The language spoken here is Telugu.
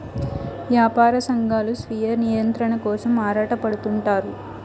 యాపార సంఘాలు స్వీయ నియంత్రణ కోసం ఆరాటపడుతుంటారు